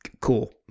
Cool